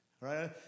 Right